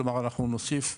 כלומר אנחנו נוסיף,